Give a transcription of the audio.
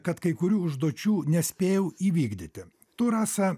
kad kai kurių užduočių nespėjau įvykdyti tu rasa